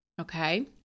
okay